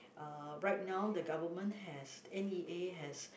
uh right now the government has N_E_A has